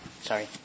Sorry